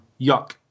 Yuck